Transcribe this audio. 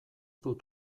dut